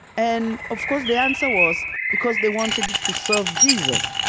and, of course, the answer was because they wanted to serve jesus.